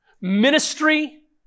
ministry